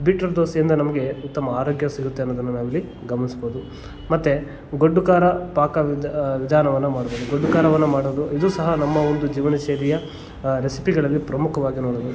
beetroot ದೋಸೆಯಿಂದ ನಮಗೆ ಉತ್ತಮ ಆರೋಗ್ಯ ಸಿಗುತ್ತೆ ಅನ್ನೋದನ್ನು ನಾವಿಲ್ಲಿ ಗಮನಿಸ್ಬೋದು ಮತ್ತು ಗೊಡ್ಡು ಖಾರ ಪಾಕ ವಿಧ ವಿಧಾನವನ್ನು ಮಾಡ್ಬೌದು ಗೊಡ್ಡು ಖಾರವನ್ನು ಮಾಡೋದು ಇದು ಸಹ ನಮ್ಮ ಒಂದು ಜೀವನ ಶೈಲಿಯ ರೆಸಿಪಿಗಳಲ್ಲಿ ಪ್ರಮುಖವಾಗಿ ನೋಡ್ಬೋದು